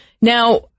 Now